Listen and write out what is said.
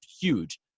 huge